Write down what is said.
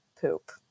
poop